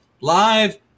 live